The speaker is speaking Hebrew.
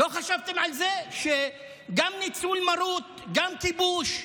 לא חשבתם על זה שגם ניצול מרות, גם כיבוש,